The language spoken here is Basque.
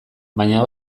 baina